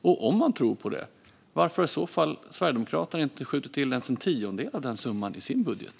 Och om han tror på den, varför har i så fall Sverigedemokraterna inte skjutit till ens en tiondel av den summan i sin budget?